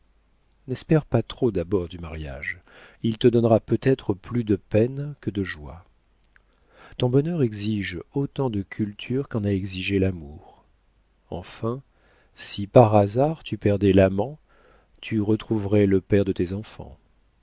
n'espère pas trop d'abord du mariage il te donnera peut-être plus de peines que de joies ton bonheur exige autant de culture qu'en a exigé l'amour enfin si par hasard tu perdais l'amant tu retrouverais le père de tes enfants